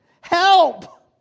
help